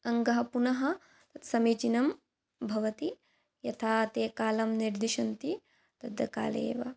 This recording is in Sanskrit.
अङ्गः पुनः समीचीनं भवति यथा ते कालं निर्दिशन्ति तत् काले एव